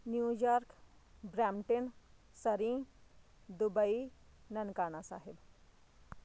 New York Brampton Surrey Dubai Nankana Sahib